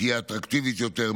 תהיה אטרקטיבית יותר,